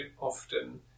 often